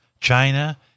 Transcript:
China